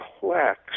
Complex